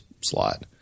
slot